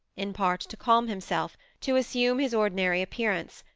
in part to calm himself, to assume his ordinary appearance,